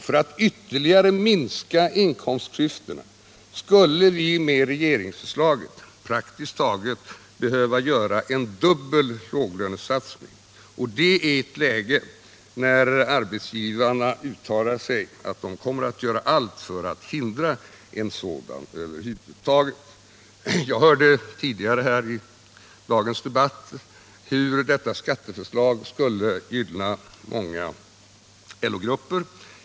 För att ytterligare minska inkomstklyftorna skulle vi med regeringsförslaget praktiskt taget behöva göra en dubbel låglönesatsning — och det i ett läge när arbetsgivarna uttalat att de kommer att göra allt för att hindra en sådan över huvud taget. Jag hörde tidigare i dagens debatt hur detta skatteförslag skulle gynna många LO-grupper.